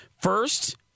First